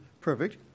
perfect